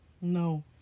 No